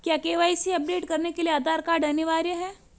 क्या KYC update करने के लिए आधार कार्ड अनिवार्य है?